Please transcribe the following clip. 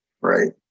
Right